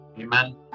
Amen